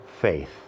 faith